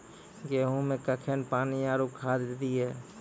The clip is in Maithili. गेहूँ मे कखेन पानी आरु खाद दिये?